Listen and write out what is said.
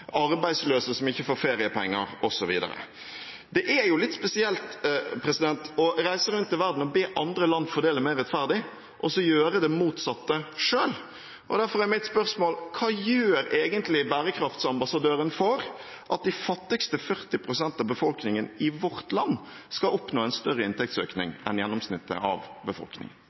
arbeidsløse som ikke får feriepenger, osv. Det er litt spesielt å reise rundt i verden og be andre land fordele mer rettferdig og så gjøre det motsatte selv. Derfor er mitt spørsmål: Hva gjør egentlig bærekraftsambassadøren for at de fattigste 40 pst. av befolkningen i vårt land skal oppnå en større inntektsøkning enn gjennomsnittet av befolkningen?